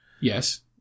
Yes